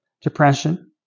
depression